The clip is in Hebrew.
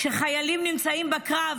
כשחיילים נמצאים בקרב,